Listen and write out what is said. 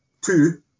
Two